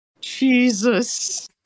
Jesus